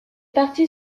parti